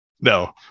No